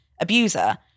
abuser